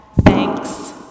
thanks